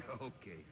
Okay